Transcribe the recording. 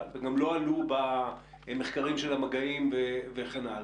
וגם לא עלו במחקרים של המגעים וכן הלאה.